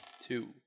two